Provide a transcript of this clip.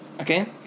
Okay